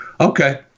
Okay